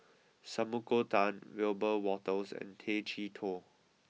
Sumiko Tan Wiebe Wolters and Tay Chee Toh